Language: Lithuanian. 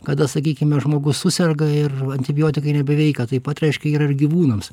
kada sakykime žmogus suserga ir antibiotikai nebeveikia taip pat reiškia yra ir gyvūnams